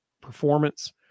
performance